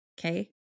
Okay